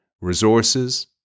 resources